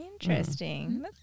Interesting